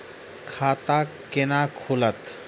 खाता केना खुलत?